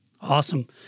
Awesome